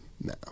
No